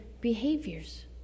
behaviors